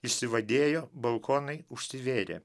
išsivadėjo balkonai užsivėrė